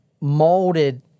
molded